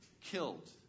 killed